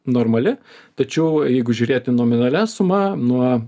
normali tačiau jeigu žiūrėti nominalia suma nuo